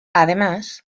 además